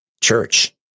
church